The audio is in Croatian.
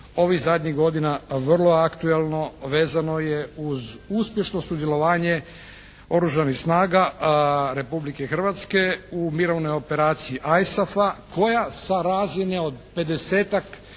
ovih zadnjih godina vrlo akteulno vezano je uz uspješno sudjelovanje oružanih snaga Republike Hrvatske u mirovnoj operaciji ISAF-a koja sa razine od 50-tak